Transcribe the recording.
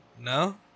No